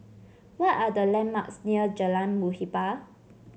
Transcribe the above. what are the landmarks near Jalan Muhibbah